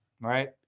right